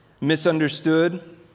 misunderstood